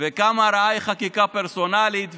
וכמה רעה היא חקיקה פרסונלית,